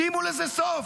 שימו לזה סוף.